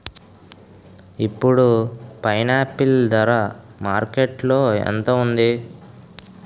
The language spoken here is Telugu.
ఇప్పుడు పైనాపిల్ ధర మార్కెట్లో ఎంత ఉంది?